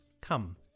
Come